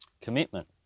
Commitment